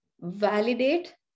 validate